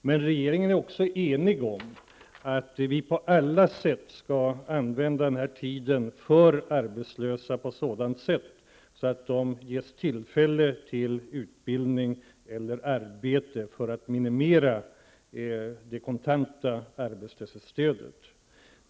Men regeringen är också enig om att man på olika sätt skall använda den här tiden på sådant sätt att de arbetslösa ges tillfälle till utbildning eller arbete, för att på det sättet minimera det kontanta arbetslöshetsstödet.